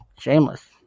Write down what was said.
Shameless